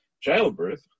childbirth